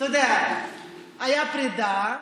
אתה יודע, הייתה פרידה,